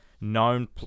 known